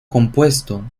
compuesto